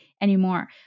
anymore